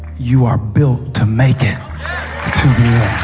you are built to make it to the